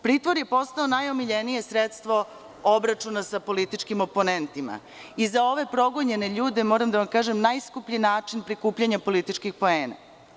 Pritvor je postao najomiljenije sredstvo obračuna sa političkim oponentima i za ove progonjene ljude, moram da vam kažem, najskuplji način prikupljanja političkih poena.